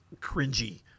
cringy